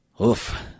oof